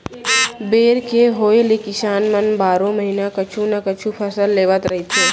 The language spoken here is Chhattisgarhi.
बोर के होए ले किसान मन बारो महिना कुछु न कुछु फसल लेवत रहिथे